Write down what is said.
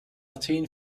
athen